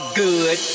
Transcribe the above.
good